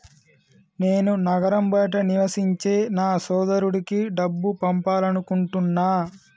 నేను నగరం బయట నివసించే నా సోదరుడికి డబ్బు పంపాలనుకుంటున్నా